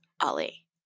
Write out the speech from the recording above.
Ali